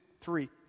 three